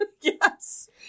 Yes